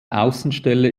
außenstelle